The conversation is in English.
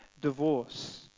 divorce